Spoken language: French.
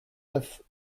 neuf